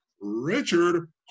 Richard